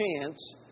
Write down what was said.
chance